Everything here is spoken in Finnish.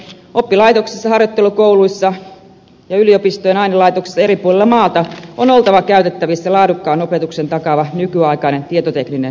oppilaitoksissa harjoittelukouluissa ja yliopistojen ainelaitoksissa eri puolilla maata on oltava käytettävissä laadukkaan opetuksen takaava nykyaikainen tietotekninen varustelu